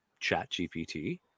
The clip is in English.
ChatGPT